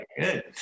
good